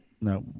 No